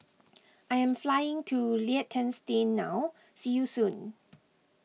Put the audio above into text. I am flying to Liechtenstein now see you soon